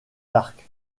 arcs